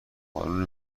اروم